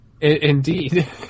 Indeed